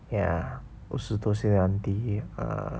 ya 五十多岁的 auntie uh